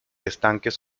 estanques